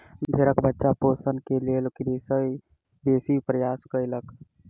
भेड़क बच्चा के पोषण के लेल कृषक बेसी प्रयास कयलक